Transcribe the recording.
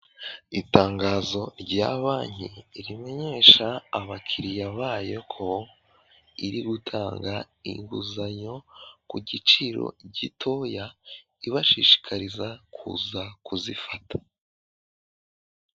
Itangazo rya banki rimenyesha abakiriya bayo ko iri gutanga inguzanyo ku giciro gitoya, ibashishikariza kuza kuzifata.